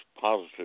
positive